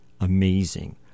amazing